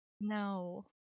No